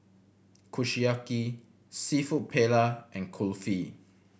Kushiyaki Seafood Paella and Kulfi